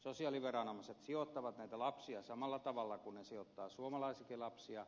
sosiaaliviranomaiset sijoittavat näitä lapsia samalla tavalla kuin ne sijoittavat suomalaisiakin lapsia